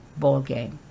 ballgame